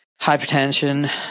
hypertension